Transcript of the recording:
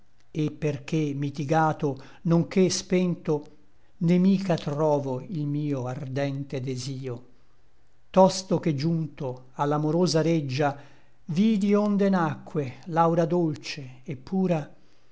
et perché mitigato nonché spento né micha trovo il mio ardente desio tosto che giunto a l'amorosa reggia vidi onde nacque l'aura dolce et pura